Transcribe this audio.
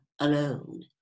alone